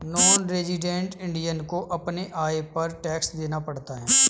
non resident Indian को अपने आय पर टैक्स देना पड़ता है